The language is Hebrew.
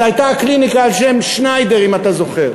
זו הייתה הקליניקה על שם שניידר, אם אתה זוכר.